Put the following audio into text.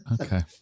Okay